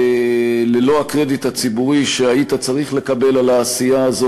ללא הקרדיט הציבורי שהיית צריך לקבל על העשייה הזאת.